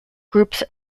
groups